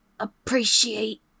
appreciate